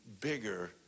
bigger